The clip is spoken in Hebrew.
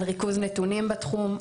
על ריכוז נתונים בתחום.